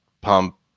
pump